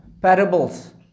parables